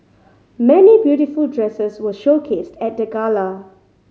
many beautiful dresses were showcased at the gala